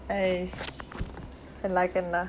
!hais! can lah can lah